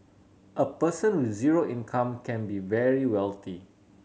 a person with zero income can be very wealthy